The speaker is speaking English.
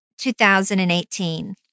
2018